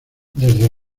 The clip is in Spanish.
desde